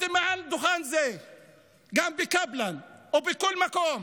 מעל דוכן זה וגם בקפלן ובכל מקום